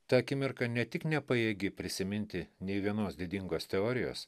tą akimirką ne tik nepajėgi prisiminti nei vienos didingos teorijos